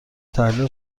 تحلیل